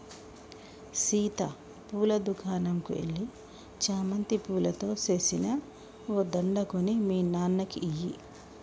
సీత పూల దుకనంకు ఎల్లి చామంతి పూలతో సేసిన ఓ దండ కొని మీ నాన్నకి ఇయ్యి